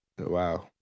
wow